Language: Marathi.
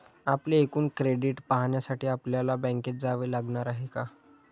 आपले एकूण क्रेडिट पाहण्यासाठी आपल्याला बँकेत जावे लागणार आहे का?